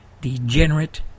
degenerate